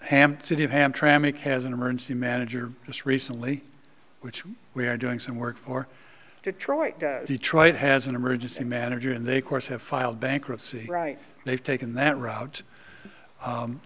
hampton hamtramck has an emergency manager just recently which we are doing some work for detroit detroit has an emergency manager and they course have filed bankruptcy right they've taken that route